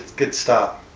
good start,